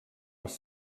les